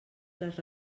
les